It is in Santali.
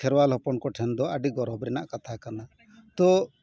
ᱠᱷᱮᱨᱣᱟᱞ ᱦᱚᱯᱚᱱ ᱠᱚᱴᱷᱮᱱ ᱫᱚ ᱟᱹᱰᱤ ᱜᱚᱨᱚᱵᱽ ᱨᱮᱱᱟᱜ ᱠᱟᱛᱷᱟ ᱠᱟᱱᱟ ᱛᱚ